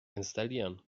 installieren